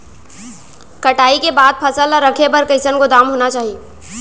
कटाई के बाद फसल ला रखे बर कईसन गोदाम होना चाही?